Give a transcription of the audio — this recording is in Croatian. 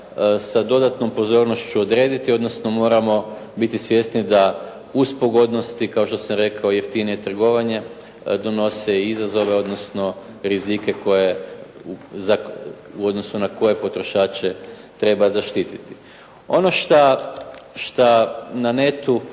sa dodatnom pozornošću odrediti, odnosno moramo biti svjesni da uz pogodnosti kao što sam rekao jeftinije trgovanje donose izazove, odnosno rizike koje, u odnosu na koje potrošače treba zaštiti. Ono šta na netu,